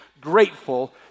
grateful